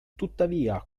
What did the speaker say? tuttavia